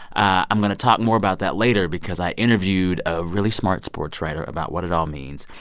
i'm going to talk more about that later because i interviewed a really smart sports writer about what it all means.